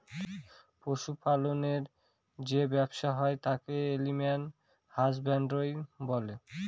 পশু পালনের যে ব্যবসা হয় তাকে এলিম্যাল হাসব্যানডরই বলে